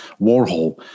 Warhol